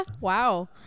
Wow